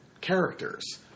characters